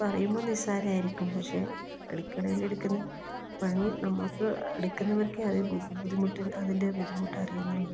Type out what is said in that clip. പറയുമ്പം നിസ്സാരമായിരിക്കും പക്ഷേ അടുക്കളയിലെടുക്കുന്ന പണി നമുക്ക് എടുക്കുന്നവർക്കേ അറിയൂ ബുദ്ധിമുട്ട് അതിൻ്റെ ബുദ്ധിമുട്ട് അറിയുന്നുള്ളൂ